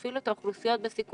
אפילו את האוכלוסיות בסיכון,